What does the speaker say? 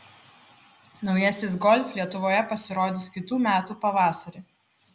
naujasis golf lietuvoje pasirodys kitų metų pavasarį